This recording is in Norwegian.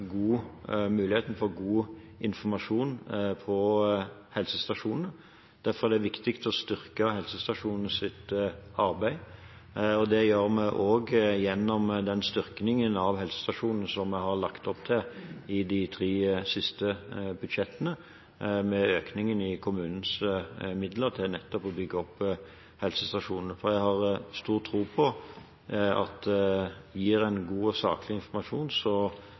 muligheten for god informasjon på helsestasjonene. Derfor er det viktig å styrke helsestasjonenes arbeid. Det gjør vi gjennom den styrkingen av helsestasjonene som vi har lagt opp til i de tre siste budsjettene, med økningen i kommunenes midler til nettopp å bygge opp helsestasjonene. Jeg har stor tro på at når en gir god og saklig informasjon,